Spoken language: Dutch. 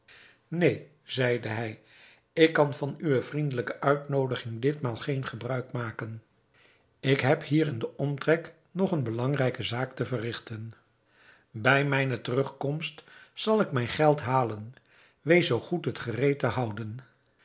neen zeide hij ik kan van uwe vriendelijke uitnoodiging dit maal geen gebruik maken ik heb hier in den omtrek nog eene belangrijke zaak te verrigten bij mijne terugkomst zal ik mijn geld halen wees zoo goed het gereed te houden